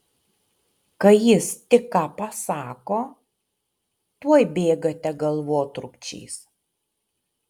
kai jis tik ką pasako tuoj bėgate galvotrūkčiais